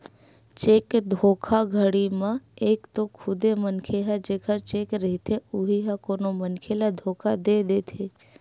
cheque धोखाघड़ी म एक तो खुदे मनखे ह जेखर चेक रहिथे उही ह कोनो मनखे ल धोखा दे देथे